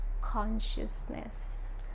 consciousness